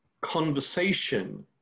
conversation